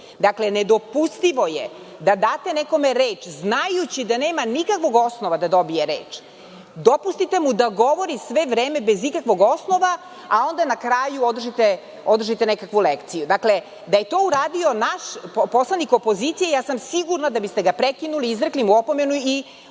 njime. Nedopustivo je da date nekome reč znajući da nema nikakvog osnova da dobije reč. Dopustite mu da govori sve vreme bez ikakvog osnova, a onda na kraju održite nekakvu lekciju. Da je to uradio naš poslanik opozicije ja sam sigurna da biste ga prekinuli izrekli mu opomenu i